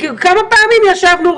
כמה פעמים ישבנו,